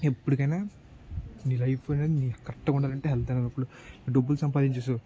ఎప్పటికైనా నీ లైఫ్ అనేది కరక్ట్గా ఉండాలంటే హెల్త్ అనేది అప్పుడు డబ్బులు సంపాదించినావు